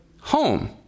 home